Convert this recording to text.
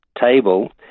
table